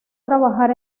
trabajar